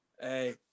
Hey